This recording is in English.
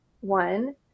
one